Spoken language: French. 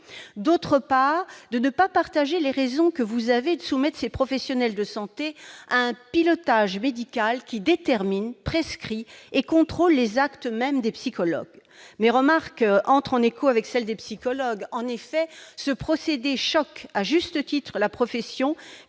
d'autre part, de ne pas partager les raisons qui vous poussent à soumettre ces professionnels de santé à un pilotage médical qui détermine, prescrit et contrôle les actes mêmes des psychologues. Mes remarques font écho à celles des psychologues eux-mêmes. En effet, ce procédé choque à juste titre la profession,